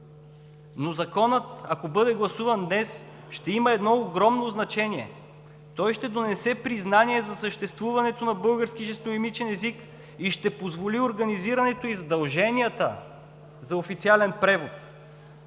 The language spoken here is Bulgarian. Ако днес бъде гласуван Законът, ще има едно огромно значение. Той ще донесе признание за съществуването на български жестомимичен език и ще позволи организирането и задълженията за официален превод.